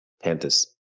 Panthers